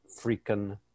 freaking